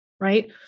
right